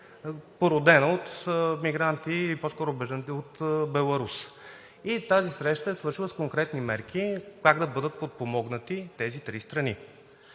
породена от мигранти по-скоро от Беларус. Тази среща е завършила с конкретни мерки как да бъдат подпомогнати тези три страни.